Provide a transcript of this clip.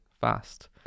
fast